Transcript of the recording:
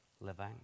living